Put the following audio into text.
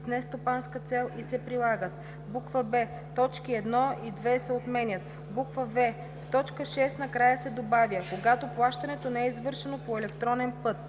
с нестопанска цел и се прилагат:”; б) точки 1 и 2 се отменят; в) в т. 6 накрая се добавя „когато плащането не е извършено по електронен път”.